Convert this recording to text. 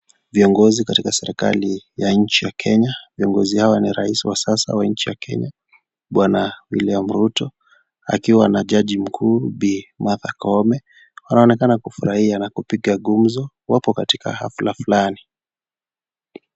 Viongozi katika serikali ya nchi ya Kenya. Viongozi hawa ni raisi wa sasa wa nchi ya Kenya, Bwana Wiliam Ruto akiwa na jaji mkuu Bi. Martha Koome. Wanaonekana kufurahia na kupiga gumzo. Wako katika hafla fulani.